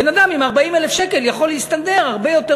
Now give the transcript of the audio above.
בן-אדם עם 40,000 יכול להסתדר הרבה יותר